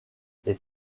les